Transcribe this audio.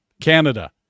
Canada